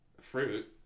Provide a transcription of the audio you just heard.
fruit